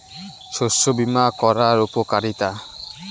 শস্য বিমা করার উপকারীতা?